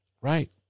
right